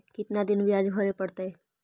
कितना दिन बियाज भरे परतैय?